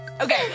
okay